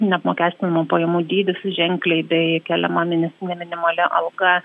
neapmokestinamų pajamų dydis ženkliai bei keliama mėnesinė minimali alga